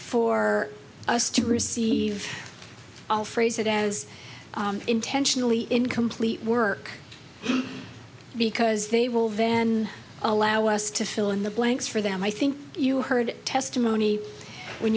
for us to receive all phrase it as intentionally incomplete work because they will then allow us to fill in the blanks for them i think you heard testimony when